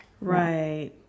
Right